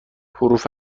حروف